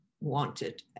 wanted